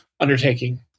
undertaking